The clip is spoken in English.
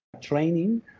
training